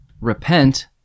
repent